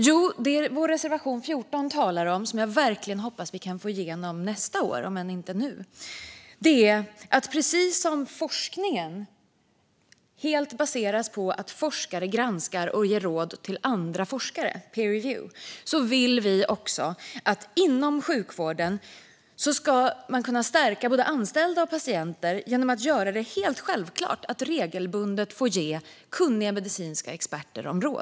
Jo, det vi talar om i vår reservation 14, som jag verkligen hoppas att vi kan få igenom nästa år, om inte nu, är att precis som forskningen helt baseras på att forskare granskar och ger råd till andra forskare - peer review - vill vi att man också inom sjukvården ska kunna stärka både anställda och patienter genom att göra det helt självklart att man regelbundet får be kunniga medicinska experter om råd.